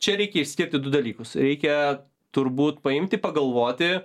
čia reikia išskirti du dalykus reikia turbūt paimti pagalvoti